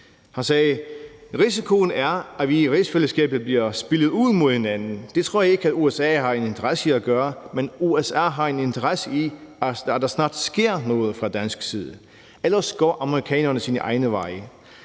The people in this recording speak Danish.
Han sagde: »Risikoen er, at vi i Rigsfællesskabet bliver spillet ud mod hinanden. Det tror jeg ikke, at USA har en interesse i at gøre; men USA har en interesse i, at der snart sker noget fra dansk side. Ellers går amerikanerne egne veje.